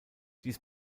dies